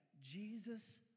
Jesus